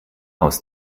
aus